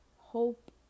hope